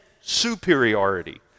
superiority